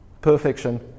Perfection